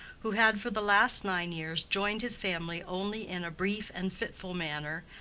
who had for the last nine years joined his family only in a brief and fitful manner,